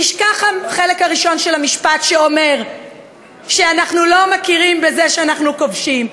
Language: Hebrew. נשכח החלק הראשון של המשפט שאומר שאנחנו לא מכירים בזה שאנחנו כובשים,